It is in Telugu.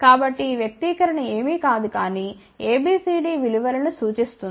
కాబట్టి ఈ వ్యక్తీకరణ ఏమీ కాదు కానీ ABCD విలు వలను సూచిస్తుంది